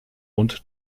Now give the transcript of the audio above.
und